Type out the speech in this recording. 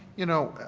you know,